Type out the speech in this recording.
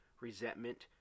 resentment